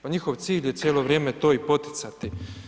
Pa njihov cilj je cijelo vrijeme to i poticati.